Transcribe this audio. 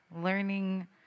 learning